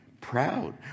proud